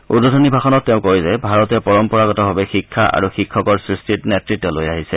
উদ্বোধনী ভাষণত তেওঁ কয় যে ভাৰতে পৰম্পৰাগতভাৱে শিক্ষা আৰু শিক্ষকৰ সৃষ্টিত নেতৃত্ব লৈ আহিছে